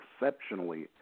exceptionally